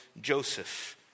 Joseph